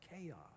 chaos